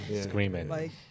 Screaming